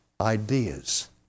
ideas